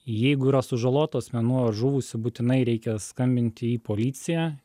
jeigu yra sužalotų asmenų ar žuvusių būtinai reikia skambinti į policiją